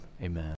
amen